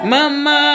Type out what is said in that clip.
Mama